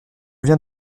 viens